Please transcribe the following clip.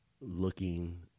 looking